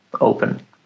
open